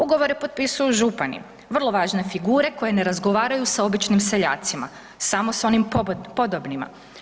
Ugovore potpisuju župani, vrlo važne figure koje ne razgovaraju sa običnim seljacima, samo s onim podobnima.